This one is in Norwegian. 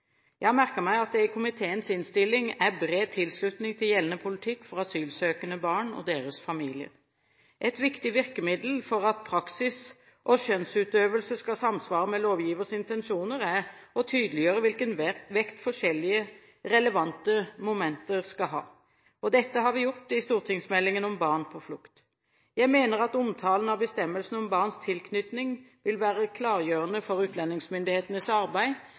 Jeg har merket meg at det i komiteens innstilling er bred tilslutning til gjeldende politikk for asylsøkende barn og deres familier. Et viktig virkemiddel for at praksis og skjønnsutøvelse skal samsvare med lovgivers intensjoner, er å tydeliggjøre hvilken vekt forskjellige relevante momenter skal ha. Dette har vi gjort i stortingsmeldingen om barn på flukt. Jeg mener at omtalen av bestemmelsen om barns tilknytning vil være klargjørende for utlendingsmyndighetenes arbeid,